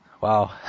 Wow